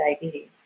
diabetes